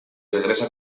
regresa